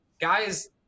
guys